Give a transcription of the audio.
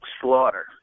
slaughter